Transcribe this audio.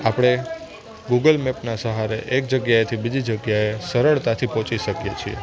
આપણે ગૂગલ મેપના સહારે એક જગ્યાએથી બીજી જગ્યાએ સરળતાથી પહોંચી શકીએ છીએ